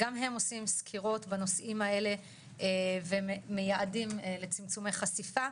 גם הם עושים סקירות בנושאים האלה והם מייעדים לצמצומי חשיפה.